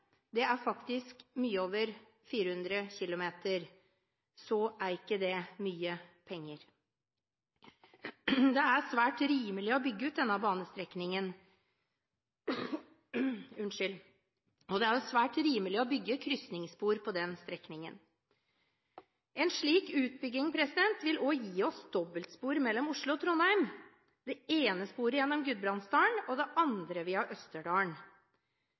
det er faktisk mye over 400 km – er det ikke mye penger. Det er svært rimelig å bygge ut denne banestrekningen, og det er også svært rimelig å bygge krysningsspor på strekningen. En slik utbygging vil også gi oss dobbeltspor mellom Oslo og Trondheim, det ene sporet gjennom Gudbrandsdalen og det andre via Østerdalen.